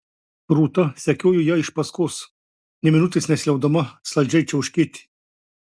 rūta sekiojo jai iš paskos nė minutės nesiliaudama saldžiai čiauškėti